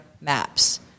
maps